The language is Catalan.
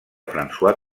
françois